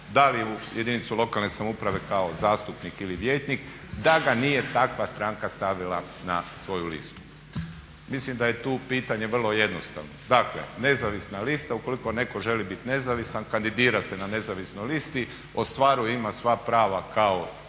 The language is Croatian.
da li u jedinicu lokalne samouprave kao zastupnik ili vijećnik da ga nije takva stranka stavila na svoju listu. Mislim da je tu pitanje vrlo jednostavno. Dakle nezavisna lista, ukoliko netko želi biti nezavisan kandidira se na nezavisnoj listi, ostvaruje, ima sva prava kao